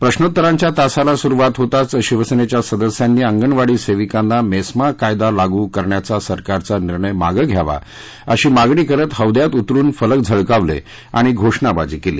प्रश्नोत्तरांच्या तासाला सुरूवात होताच शिवसेनेच्या सदस्यानी अंगणवाडी सेविकांना मेस्मा कायदा लागू करण्याचा सरकारचा निर्णय मागं घ्यावा अशी मागणी करत हौद्यात उतरुन फलक झळकावले आणि घोषणाबाजी केली